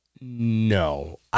no